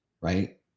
right